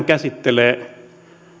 käsittelee